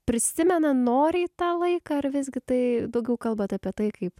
prisimena noriai tą laiką ar visgi tai daugiau kalbat apie tai kaip